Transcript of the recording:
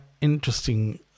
interesting